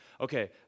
Okay